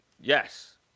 Yes